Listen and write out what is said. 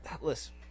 listen